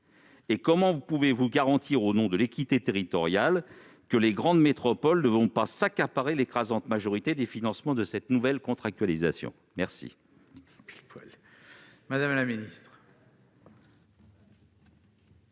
? Comment pouvez-vous nous garantir, au nom de l'équité territoriale, que les grandes métropoles ne vont pas accaparer l'écrasante majorité des financements de cette nouvelle contractualisation ? La